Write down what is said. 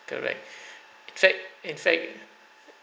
correct track in fact uh